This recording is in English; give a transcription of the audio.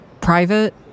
private